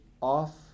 off